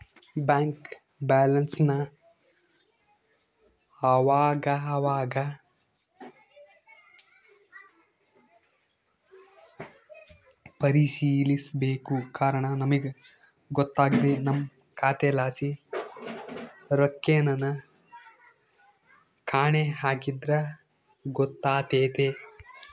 bank ಬ್ಯಾಲನ್ಸನ್ ಅವಾಗವಾಗ ಪರಿಶೀಲಿಸ್ಬೇಕು ಕಾರಣ ನಮಿಗ್ ಗೊತ್ತಾಗ್ದೆ ನಮ್ಮ ಖಾತೆಲಾಸಿ ರೊಕ್ಕೆನನ ಕಾಣೆ ಆಗಿದ್ರ ಗೊತ್ತಾತೆತೆ